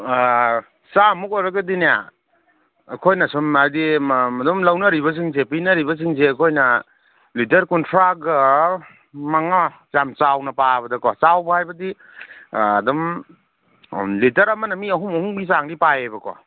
ꯆꯥꯝꯃꯨꯛ ꯑꯣꯏꯔꯒꯗꯤꯅꯦ ꯑꯩꯈꯣꯏꯅ ꯁꯨꯝ ꯍꯥꯏꯗꯤ ꯑꯗꯨꯝ ꯂꯧꯅꯔꯤꯕꯁꯤꯡꯁꯦ ꯄꯤꯅꯔꯤꯕꯁꯤꯡꯁꯦ ꯑꯩꯈꯣꯏꯅ ꯂꯤꯇꯔ ꯀꯨꯟꯊ꯭ꯔꯥꯒ ꯃꯉꯥ ꯌꯥꯝ ꯆꯥꯎꯅ ꯄꯥꯕꯗꯀꯣ ꯆꯥꯎꯕ ꯍꯥꯏꯕꯗꯤ ꯑꯗꯨꯝ ꯂꯤꯇꯔ ꯑꯃꯅ ꯃꯤ ꯑꯍꯨꯝ ꯑꯍꯨꯝꯒꯤ ꯆꯥꯡꯗꯤ ꯄꯥꯏꯌꯦꯕꯀꯣ